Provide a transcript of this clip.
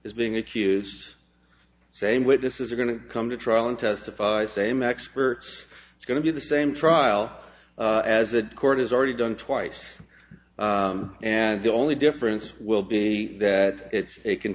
is being accused same witnesses are going to come to trial and testify same experts it's going to be the same trial as a court has already done twice and the only difference will be that it